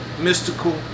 Mystical